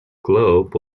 globe